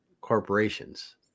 corporations